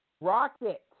Rocket